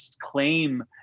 claim